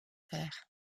père